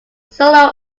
solo